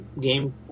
game